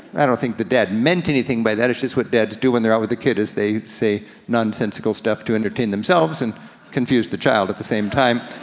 i don't think the dad meant anything by that, it's just what dads do when they're out with their kid, is they say nonsensical stuff to entertain themselves and confuse the child at the same time.